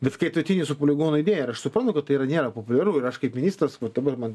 bet kai tu ateini su poligono idėja ir aš suprantu kad tai yra nėra populiaru ir aš kaip ministras va dabar man